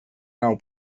nau